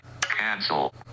Cancel